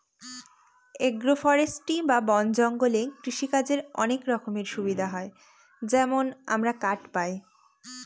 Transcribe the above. agro forestry বা বন জঙ্গলে কৃষিকাজের অনেক রকমের সুবিধা হয় যেমন আমরা কাঠ পায়